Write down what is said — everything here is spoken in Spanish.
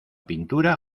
pintura